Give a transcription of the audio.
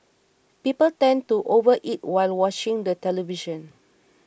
people tend to overeat while watching the television